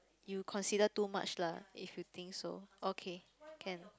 you consider too much lah if you think so okay can